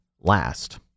last